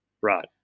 Right